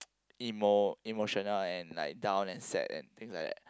emo~ emotional and like down and sad and things like that